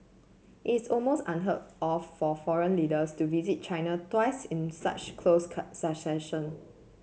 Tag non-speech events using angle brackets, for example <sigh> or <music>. it is almost unheard of for foreign leaders to visit China twice in such close <unintelligible> succession